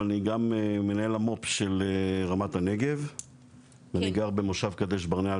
אבל אני גם מנהל המו"פ של רמת הנגב ואני גר במושב קדש ברנע,